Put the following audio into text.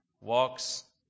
walks